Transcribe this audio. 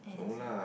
and